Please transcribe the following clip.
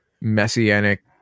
messianic